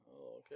okay